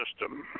system